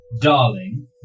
Darling